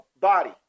body